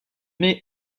met